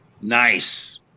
Nice